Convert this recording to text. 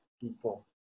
people